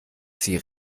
sie